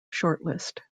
shortlist